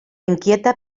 inquieta